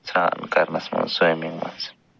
سرٛان کَرنَس منٛز سِومنٛگ منٛز